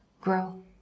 grow